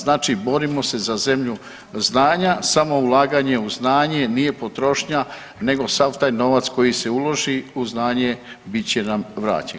Znači borimo se za zemlju znanja, samo ulaganje u znanje nije potrošnja nego sav taj novac koji se uloži u znanje bit će nam vraćen.